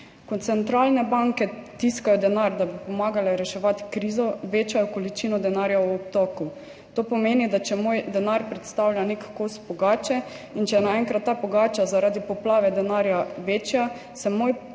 Ko centralne banke tiskajo denar, da bi pomagale reševati krizo, večajo količino denarja v obtoku. To pomeni, da če moj denar predstavlja nek kos pogače in če je naenkrat ta pogača zaradi poplave denarja večja, se moj